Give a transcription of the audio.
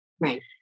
Right